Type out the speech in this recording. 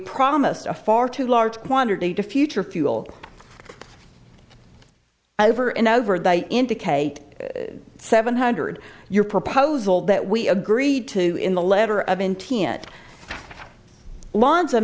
promised a far too large quantity to future fuel over and over they indicate seven hundred your proposal that we agreed to in the letter of n t and lawns a